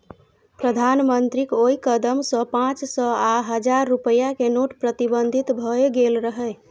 प्रधानमंत्रीक ओइ कदम सं पांच सय आ हजार रुपैया के नोट प्रतिबंधित भए गेल रहै